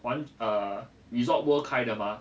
还 err resorts world 开的吗